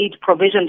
provision